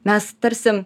mes tarsi